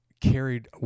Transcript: carried